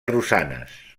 rosanes